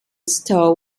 stowe